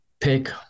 pick